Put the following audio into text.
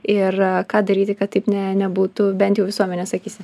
ir ką daryti kad taip ne nebūtų bent jau visuomenės akyse